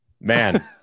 Man